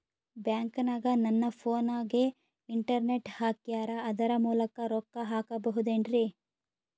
ಬ್ಯಾಂಕನಗ ನನ್ನ ಫೋನಗೆ ಇಂಟರ್ನೆಟ್ ಹಾಕ್ಯಾರ ಅದರ ಮೂಲಕ ರೊಕ್ಕ ಹಾಕಬಹುದೇನ್ರಿ?